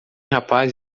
rapaz